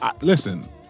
listen